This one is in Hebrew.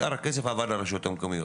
שאר הכסף עבר לרשויות המקומיות.